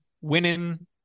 winning